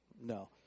No